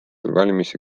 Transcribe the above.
valimisi